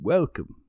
Welcome